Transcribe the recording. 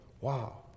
wow